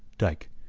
dyke,